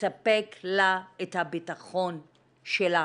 לספק לה את הביטחון שלה.